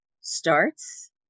starts